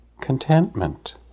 Contentment